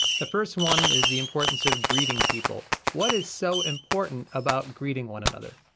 the first one is the importance of greeting people, what is so important about greeting one another?